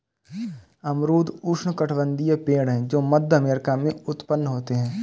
अमरूद उष्णकटिबंधीय पेड़ है जो मध्य अमेरिका में उत्पन्न होते है